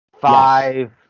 Five